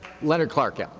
leonard clark, yeah